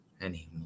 anymore